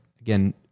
Again